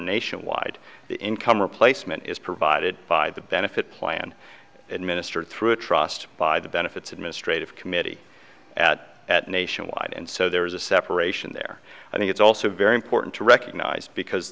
nationwide the income replacement is provided by the benefit plan administered through a trust by the benefits administrative committee at at nationwide and so there is a separation there i think it's also very important to recognize because